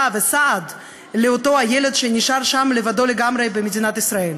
וסעד כלשהם לאותו ילד שנשאר שם לבדו לגמרי במדינת ישראל.